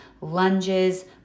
lunges